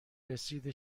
رسید